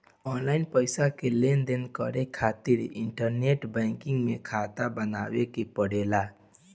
online पईसा के लेनदेन करे खातिर इंटरनेट बैंकिंग में खाता बनावे के पड़ेला